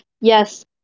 yes